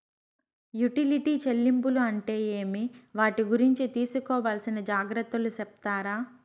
Utility చెల్లింపులు అంటే ఏమి? వాటి గురించి తీసుకోవాల్సిన జాగ్రత్తలు సెప్తారా?